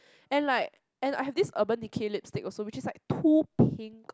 and like and I have this Urban Decay lipstick also which is like too pink